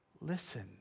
Listen